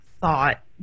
thought